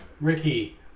Ricky